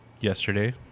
yesterday